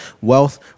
wealth